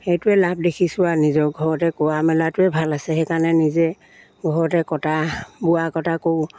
সেইটোৱে লাভ দেখিছোঁ আৰু নিজৰ ঘৰতে কৰা মেলাটোৱে ভাল আছে সেইকাৰণে নিজে ঘৰতে কটা বোৱা কটা কৰোঁ